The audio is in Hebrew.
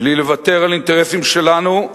מבלי לוותר על האינטרסים שלנו,